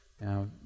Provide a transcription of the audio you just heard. now